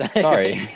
sorry